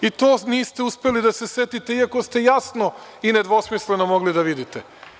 I to niste uspeli da se setite iako ste jasno i nedvosmisleno mogli da vidite.